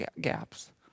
gaps